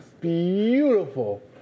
beautiful